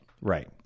Right